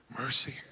mercy